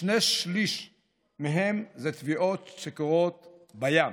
שני שלישים מהם הם בטביעות שקורות בים,